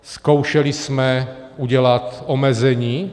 Zkoušeli jsme udělat omezení?